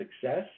success